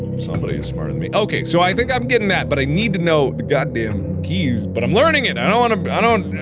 somebody smarter than me. ok, so i think i'm getting that but i need to know the goddamn keys but i'm learning it! i don't wanna but i don't,